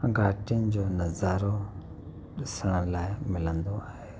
घाटियुनि जो नज़ारो ॾिसण लाइक मिलंदो आहे